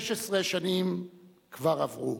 16 שנים כבר עברו.